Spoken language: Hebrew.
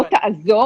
לא תעזור,